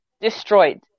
destroyed